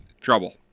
trouble